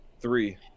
Three